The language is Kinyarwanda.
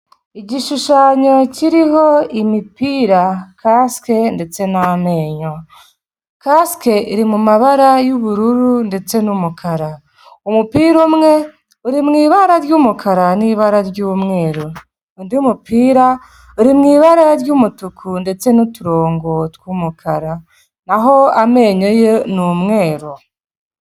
Igishushanyo kiriho imipira, kasike ndetse n'amenyo, kasike iri mu mabara y'ubururu ndetse n'umukara, umupira umwe uri mu ibara ry'umukara n'ibara ry'umweru, undi mupira uri mu ibara ry'umutuku ndetse n'uturongo tw'umukara, naho amenyo ye ni umweru.